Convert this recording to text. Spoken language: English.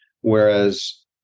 whereas